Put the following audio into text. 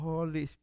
Holy